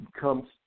comes